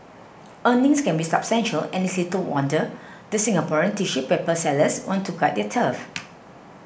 earnings can be substantial and it is little wonder the Singaporean tissue paper sellers want to guard their turf